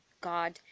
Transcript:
God